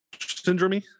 syndrome